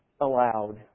allowed